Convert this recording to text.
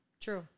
True